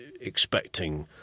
expecting